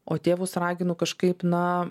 o tėvus raginu kažkaip na